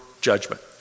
judgment